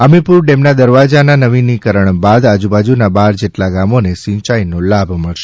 અમીપુર ડેમના દરવાજાના નવીનીકરણ બાદ આજુબાજુના બાર જેટલા ગામોને સિંચાઇનો લાભ મળશે